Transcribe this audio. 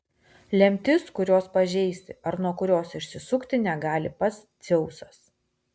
lemtis kurios pažeisti ar nuo kurios išsisukti negali pats dzeusas